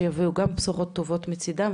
שיביאו גם בשורות טובות מצידם,